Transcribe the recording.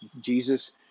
Jesus